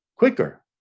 quicker